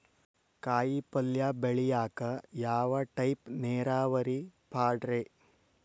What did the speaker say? ಕಾಯಿಪಲ್ಯ ಬೆಳಿಯಾಕ ಯಾವ ಟೈಪ್ ನೇರಾವರಿ ಪಾಡ್ರೇ?